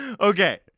Okay